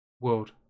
World